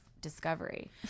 Discovery